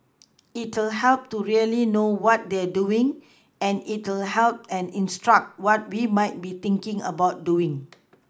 it'll help to really know what they're doing and it'll help and instruct what we might be thinking about doing